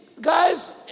guys